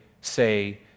say